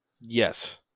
Yes